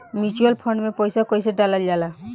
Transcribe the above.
Mutual fund मे पईसा कइसे डालल जाला?